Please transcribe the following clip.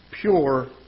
pure